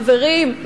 חברים,